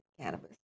cannabis